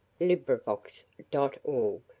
LibriVox.org